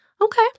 okay